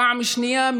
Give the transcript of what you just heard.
פעם שנייה,